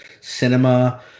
cinema